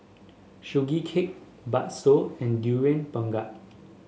Sugee Cake bakso and Durian Pengat